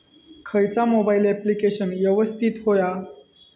खयचा mobile application यवस्तित होया?